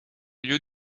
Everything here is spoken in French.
lieux